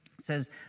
says